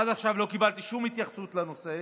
עד עכשיו לא קיבלתי שום התייחסות לנושא.